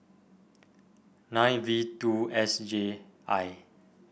nine V two S J I